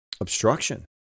Obstruction